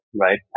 right